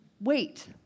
Wait